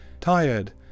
tired